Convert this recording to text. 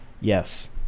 Yes